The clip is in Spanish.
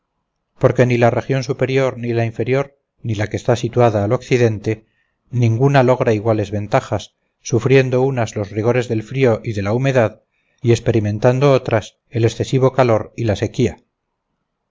porque ni la región superior ni la inferior ni la que está situada al occidente ninguna logra iguales ventajas sufriendo unas los rigores del frío y de la humedad y experimentando otras el excesivo calor y la sequía